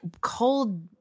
cold